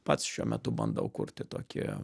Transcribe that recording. pats šiuo metu bandau kurti tokį